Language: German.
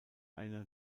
eine